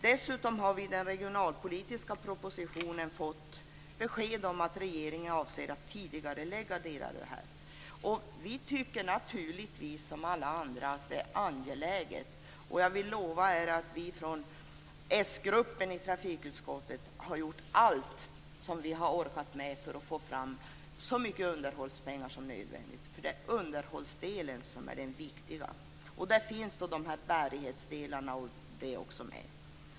Dessutom har vi genom den regionalpolitiska propositionen fått besked om att regeringen avser att tidigarelägga vissa delar. Som alla andra tycker vi att detta är angeläget. Jag lovar att vi från s-gruppen i trafikutskottet har gjort allt för att få fram så mycket underhållspengar som det är möjligt, eftersom det är underhållet som är det viktiga. Där finns också bärighetsdelarna med.